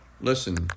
Listen